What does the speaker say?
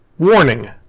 Warning